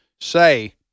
say